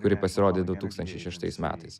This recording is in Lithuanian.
kuri pasirodė du tūkstančiai šeštais metais